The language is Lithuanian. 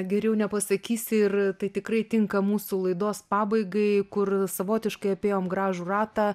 geriau nepasakysi ir tai tikrai tinka mūsų laidos pabaigai kur savotiškai apėjom gražų ratą